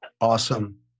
Awesome